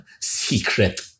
secret